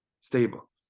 stable